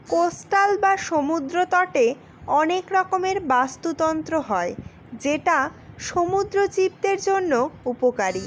coastal বা সমুদ্র তটে অনেক রকমের বাস্তুতন্ত্র হয় যেটা সমুদ্র জীবদের জন্য উপকারী